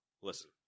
listen